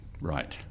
right